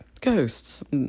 ghosts